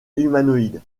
humanoïde